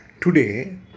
Today